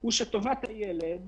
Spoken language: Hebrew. הוא שטובת הילד